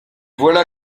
voilà